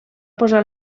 posar